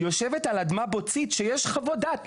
יושבת על אדמה בוצית שיש חוות דעת.